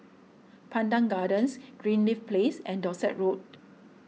Pandan Gardens Greenleaf Place and Dorset Road